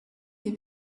des